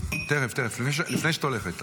הרכבי, עשר דקות,